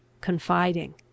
confiding